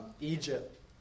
Egypt